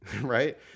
right